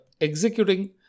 executing